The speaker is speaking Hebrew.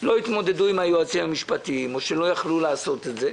לא התמודדו עם היועצים המשפטיים או שלא יכלו לעשות את זה.